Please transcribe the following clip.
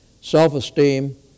self-esteem